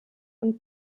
und